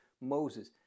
Moses